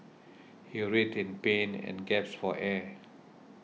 he writhed in pain and gasped for air